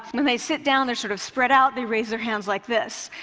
when they sit down, they're sort of spread out. they raise their hands like this.